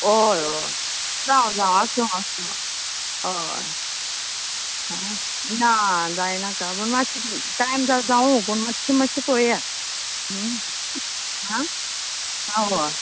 हय हय जावं जावं आसूं आसूं हय आ ना जायनाका पूण मातशें टायम जावं पूण मातशें मातशें पळयात आ हय